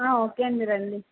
ఆ ఓకే అండి రండి